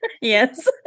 Yes